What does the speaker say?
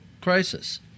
crisis